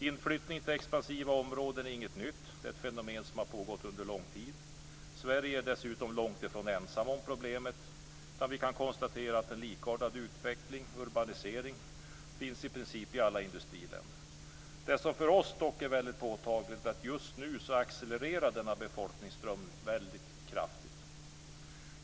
Inflyttning till expansiva områden är inget nytt. Det är ett fenomen som har pågått under lång tid. Sverige är dessutom långt ifrån ensamt om problemet. Vi kan konstatera att en likartad utveckling med urbanisering finns i princip i alla industriländer. Det som för oss dock är väldigt påtagligt är att denna befolkningsström just nu accelererar väldigt kraftigt.